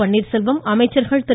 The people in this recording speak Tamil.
பன்னீர் செல்வம் அமைச்சர்கள் திரு